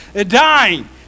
dying